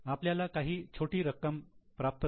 आपल्याला काही छोटी रोख रक्कम प्राप्त झाली